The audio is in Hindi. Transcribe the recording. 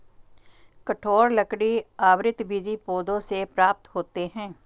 कठोर लकड़ी आवृतबीजी पौधों से प्राप्त होते हैं